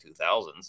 2000s